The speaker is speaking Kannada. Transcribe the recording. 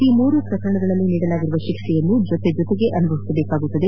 ಈ ಮೂರೂ ಪ್ರಕರಣಗಳಲ್ಲಿ ನೀಡಲಾಗಿರುವ ಶಿಕ್ಷೆಯನ್ನು ಜೊತೆಜೊತೆಗೇ ಅನುಭವಿಸಬೇಕಾಗುತ್ತದೆ